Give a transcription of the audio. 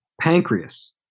pancreas